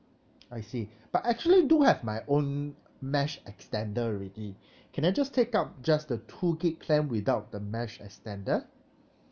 I see but I actually do have my own mesh extender already can I just take out just the two gig plan without the mesh extender